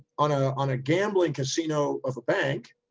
on ah on a gambling casino of a bank.